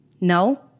No